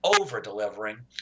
over-delivering